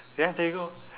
ya there you go